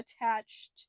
attached